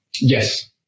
Yes